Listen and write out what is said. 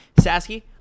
Sasky